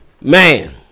man